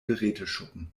geräteschuppen